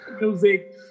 music